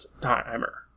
timer